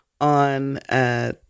on